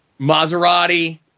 Maserati